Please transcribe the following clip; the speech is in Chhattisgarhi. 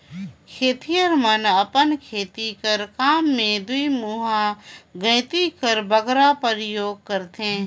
खेतिहर मन अपन खेती कर काम मे दुईमुहा गइती कर बगरा उपियोग करथे